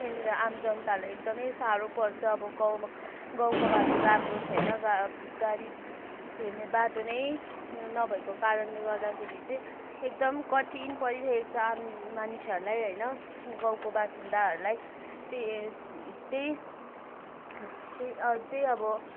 यहाँनिर आम जनतालाई एकदमै साह्रो पर्छ अब गाउँमा गाउँको बाटो राम्रो छैन गाडी गाडी हिँड्ने बाटो नै नभएको कारणले गर्दाखेरि चाहिँ एकदम कठिन परिरहेको छ आम मानिसहरूलाई होइन गाउँको वासिन्दाहरूलाई त्यही त्यही त्यही त्यही अब